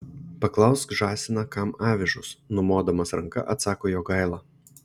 paklausk žąsiną kam avižos numodamas ranka atsako jogaila